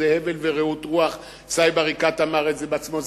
זה הבל ורעות רוח, סאיב עריקאת אמר את זה בעצמו.